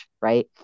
right